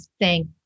thank